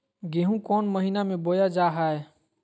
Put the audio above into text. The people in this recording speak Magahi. गेहूँ कौन महीना में बोया जा हाय?